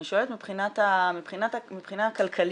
אני שואלת מהבחינה הכלכלית.